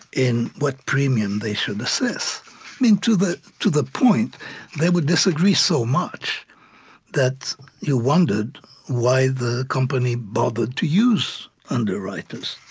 in what premium they should assess to the to the point they would disagree so much that you wondered why the company bothered to use underwriters.